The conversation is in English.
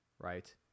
right